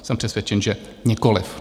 Jsem přesvědčen, že nikoliv.